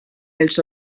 els